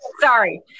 Sorry